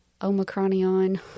Omicronion